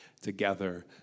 together